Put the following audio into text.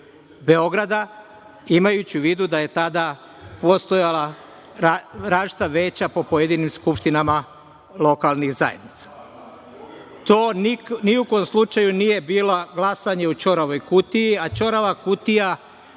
Beograda, imajući u vidu da su tada postojala različita veća po pojedinim skupštinama lokalnih zajednica. To ni u kom slučaju nije bilo glasanje u "ćoravoj kutiji", a "ćorava kutija"